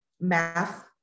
math